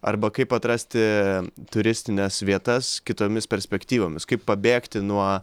arba kaip atrasti turistines vietas kitomis perspektyvomis kaip pabėgti nuo